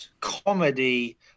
comedy